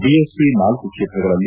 BSP ನಾಲ್ಲು ಕ್ಷೇತ್ರಗಳಲ್ಲಿ